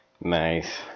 Nice